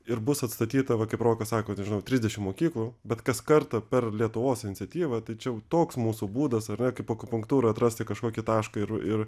ir bus atstatyta va kaip rokas sako nežinau trisdešim mokyklų bet kas kartą per lietuvos iniciatyvą tai čia jau toks mūsų būdas ar ne kaip akupunktūroj atrasti kažkokį tašką ir ir